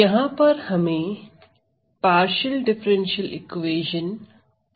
यहां पर हमें पार्षल डिफरेंशियल इक्वेशन को हल करना है